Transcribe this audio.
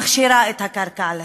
מכשירה את הקרקע לשנאה,